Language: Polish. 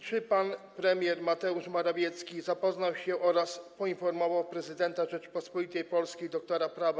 Czy pan premier Mateusz Morawiecki zapoznał się oraz poinformował prezydenta Rzeczypospolitej Polskiej dr. prawa